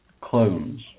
clones